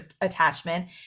attachment